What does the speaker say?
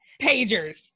pagers